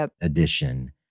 edition